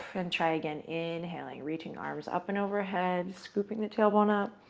and try again. inhaling, reaching arms up and overhead, scooping the tailbone up.